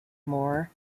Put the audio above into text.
more